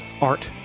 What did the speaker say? Art